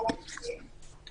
בחורים צעירים